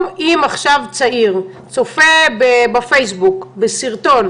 אם עכשיו צעיר צופה בפייסבוק בסרטון